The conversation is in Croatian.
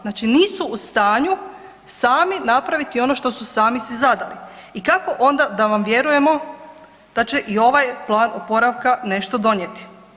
Znači nisu u stanju sami napraviti ono što su sami si zadali i kako onda da vam vjerujemo da će i ovaj plan oporavka nešto donijeti?